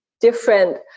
different